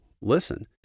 Listen